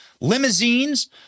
limousines